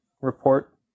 Report